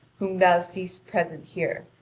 whom thou seest present here.